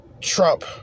Trump